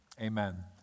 Amen